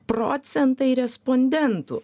procentai respondentų